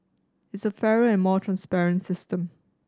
it's a fairer and more transparent system